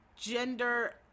gender